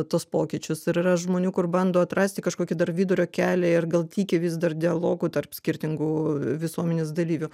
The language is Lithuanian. tuos pokyčius ir yra žmonių kur bando atrasti kažkokį dar vidurio kelią ir gal tiki vis dar dialogu tarp skirtingų visuomenės dalyvių